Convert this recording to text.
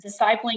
discipling